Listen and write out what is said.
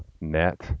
net